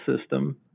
system